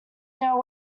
know